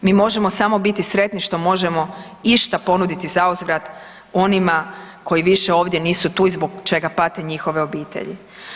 Mi možemo samo biti sretni što možemo išta ponuditi za uzvrat onima koji više ovdje nisu tu i zbog čega pate njihove obitelji.